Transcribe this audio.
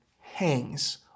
hangs